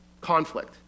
conflict